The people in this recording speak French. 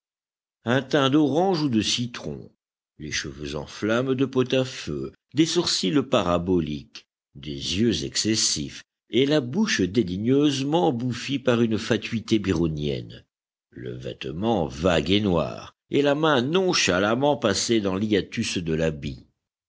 un teint d'orange ou de citron les cheveux en flamme de pot à feu des sourcils paraboliques des yeux excessifs et la bouche dédaigneusement bouffie par une fatuité byronienne le vêtement vague et noir et la main nonchalamment passée dans l'hiatus de